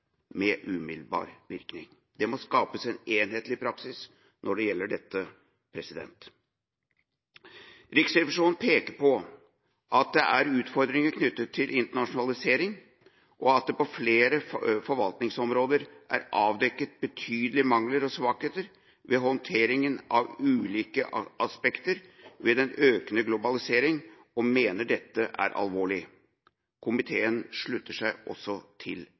med umiddelbar virkning. Det må skapes en enhetlig praksis når det gjelder dette. Riksrevisjonen peker på at det er utfordringer knyttet til internasjonalisering, og at det på flere forvaltningsområder er avdekket betydelige mangler og svakheter ved håndteringa av ulike aspekter ved den økende globalisering, og mener dette er alvorlig. Komiteen slutter seg også til dette. Habilitet har grunnleggende betydning for tilliten til